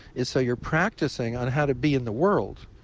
it's so you're practicing on how to be in the world.